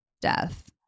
death